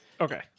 Okay